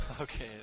Okay